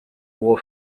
war